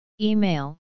Email